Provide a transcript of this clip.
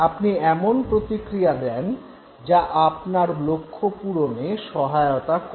আপনি এমন প্রতিক্রিয়া দেন যা আপনার লক্ষ্য পূরণে সহায়তা করে